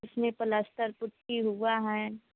इसमें पलस्तर पुट्टी हुई है